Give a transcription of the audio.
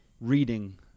reading